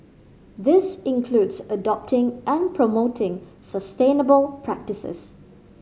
this includes adopting and promoting sustainable practices